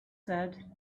said